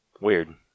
Weird